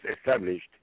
established